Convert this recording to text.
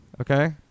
Okay